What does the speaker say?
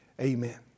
Amen